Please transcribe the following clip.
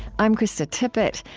i'm krista tippett.